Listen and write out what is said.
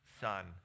son